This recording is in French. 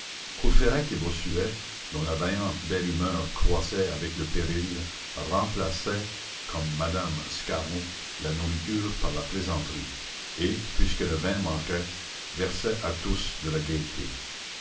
dont la vaillante belle humeur croissait avec le péril remplaçaient comme madame scarron la nourriture par la plaisanterie et puisque le vin manquait versaient à tous de la gaîté